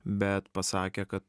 bet pasakė kad